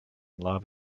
love